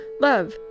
love